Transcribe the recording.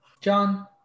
John